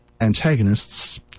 antagonists